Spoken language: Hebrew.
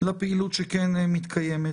לפעילות שכן מתקיימת.